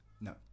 No